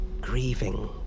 grieving